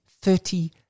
Thirty